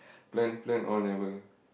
plan plan all never